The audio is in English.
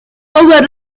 over